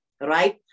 right